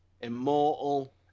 Immortal